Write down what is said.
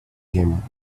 game